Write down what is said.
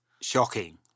shocking